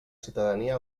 ciutadania